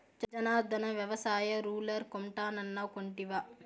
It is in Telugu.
జనార్ధన, వ్యవసాయ రూలర్ కొంటానన్నావ్ కొంటివా